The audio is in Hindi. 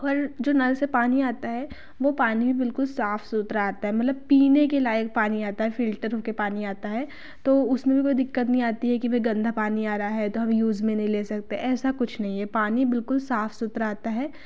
और जो नल से पानी आता है वो पानी बिलकुल साफ सुथरा आता है मतलब पीने के लायक पानी आता है फिल्टर के पानी आता है तो उसमें भी कोई दिक्कत नहीं आती है की भई गन्दा पानी आ रहा है तो हम यूज़ में नहीं ले सकते ऐसा कुछ नहीं है पानी बिलकुल साफ सुथरा आता है